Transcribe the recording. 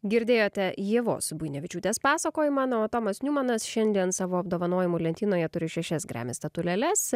girdėjote ievos buinevičiūte pasakojimą na o tomas niumanas šiandien savo apdovanojimų lentynoje turi šešias grammy statulėles